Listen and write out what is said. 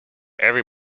every